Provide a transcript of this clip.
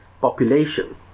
population